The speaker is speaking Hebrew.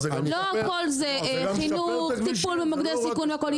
לא הכול זה חינוך, טיפול במוקדי סיכון והכול.